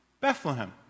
Bethlehem